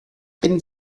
bin